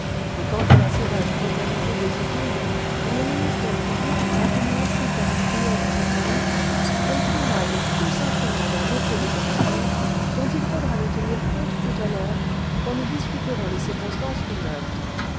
et quant à la sauvage brutalité cle jupille dont le ministère public a voulu aussi faire un grief contre lui elle témoigne tout simplement d'un défaut de caractère dont il faudra lui tenir compte tout à l'heure quand nous discuterons les circonstances du meurtre